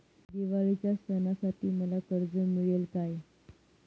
दिवाळीच्या सणासाठी मला कर्ज मिळेल काय?